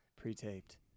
pre-taped